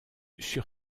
sur